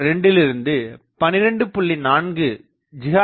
2 லிருந்து 12